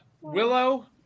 Willow